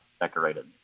decorated